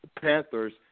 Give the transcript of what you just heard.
Panthers